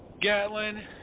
Gatlin